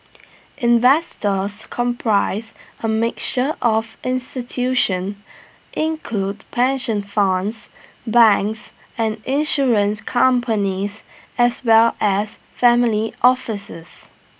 investors comprise A mixture of institution include pension funds banks and insurance companies as well as family offices